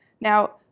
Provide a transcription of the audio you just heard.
Now